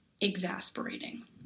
exasperating